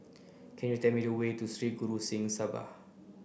can you tell me the way to Sri Guru Singh Sabha